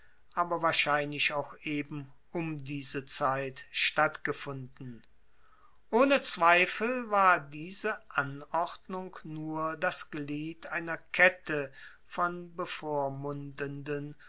aber wahrscheinlich auch eben um diese zeit stattgefunden ohne zweifel war diese anordnung nur das glied einer kette von bevormundenden